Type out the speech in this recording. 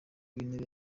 w’intebe